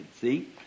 See